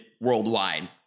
worldwide